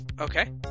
okay